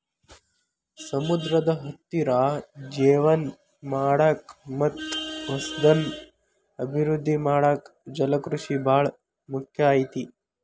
ಸಮುದ್ರದ ಹತ್ತಿರ ಜೇವನ ಮಾಡಾಕ ಮತ್ತ್ ಹೊಸದನ್ನ ಅಭಿವೃದ್ದಿ ಮಾಡಾಕ ಜಲಕೃಷಿ ಬಾಳ ಮುಖ್ಯ ಐತಿ